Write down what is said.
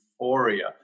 euphoria